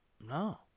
No